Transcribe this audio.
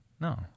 no